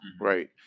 Right